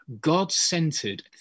God-centered